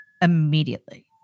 immediately